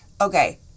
okay